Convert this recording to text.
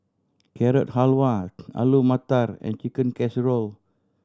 Carrot Halwa Alu Matar and Chicken Casserole